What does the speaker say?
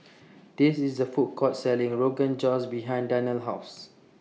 There IS A Food Court Selling Rogan Josh behind Darnell's House